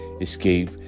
escape